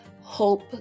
hope